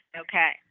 Okay